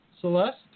Celeste